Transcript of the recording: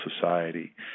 society